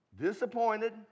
disappointed